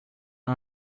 man